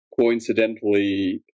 Coincidentally